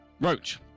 Roach